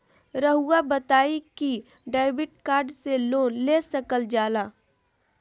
रहुआ बताइं कि डेबिट कार्ड से लोन ले सकल जाला?